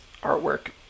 artwork